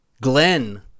Glenn